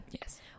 Yes